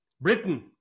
Britain